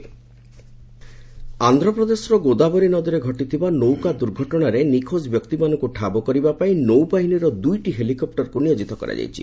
AP boat capsize ଆନ୍ଧ୍ରପ୍ରଦେଶର ଗୋଦାବରୀ ନଦୀରେ ଘଟିଥିବା ନୌକା ଦୁର୍ଘଟଣାରେ ନିଖୋଜ ବ୍ୟକ୍ତିମାନଙ୍କୁ ଠାବ କରିବା ପାଇଁ ନୌବାହିନୀର ଦୁଇଟି ହେଲିକପୁର ନିୟୋକିତ କରାଯାଇଛି